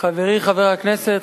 חברי חבר הכנסת,